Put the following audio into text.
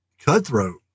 cutthroat